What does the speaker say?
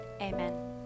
amen